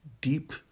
deep